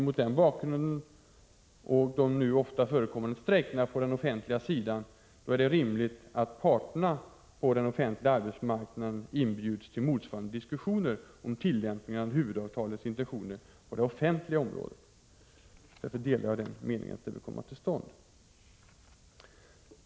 Mot den bakgrunden och de numera ofta förekommande strejkerna på den offentliga sidan finner jag det rimligt att parterna på den offentliga arbetsmarknaden inbjuds till motsvarande diskussioner om tillämpningen av huvudavtalets intentioner på det området.